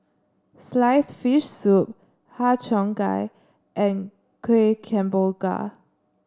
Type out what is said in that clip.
sliced fish soup Har Cheong Gai and Kuih Kemboja